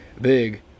big